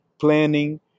planning